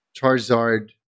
Charizard